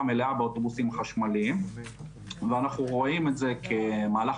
המלאה באוטובוסים החשמליים ואנחנו רואים את זה כמהלך